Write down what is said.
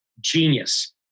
genius